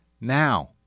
now